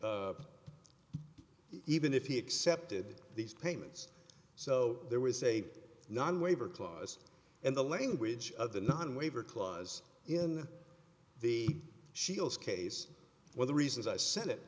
if even if he accepted these payments so there was a non waiver clause in the language of the non waiver clause in the shields case where the reasons i said it